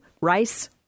Rice